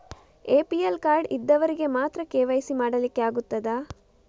APL card ಇದ್ದವರಿಗೆ ಮಾತ್ರ KYC ಮಾಡಲಿಕ್ಕೆ ಆಗುತ್ತದಾ?